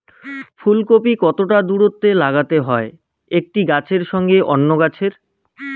ফুলকপি কতটা দূরত্বে লাগাতে হয় একটি গাছের সঙ্গে অন্য গাছের?